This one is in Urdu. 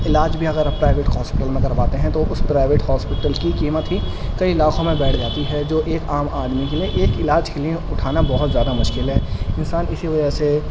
علاج بھی اگر اب پرائیویٹ ہاسپٹل میں کرواتے ہیں تو اس پرائیویٹ ہاسپٹل کی قیمت ہی کئی لاکھوں میں بیٹھ جاتی ہے جو ایک عام آدمی کے لیے ایک علاج کے لیے اٹھانا بہت زیادہ مشکل ہے انسان اسی وجہ سے